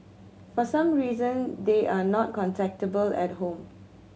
for some reason they are not contactable at home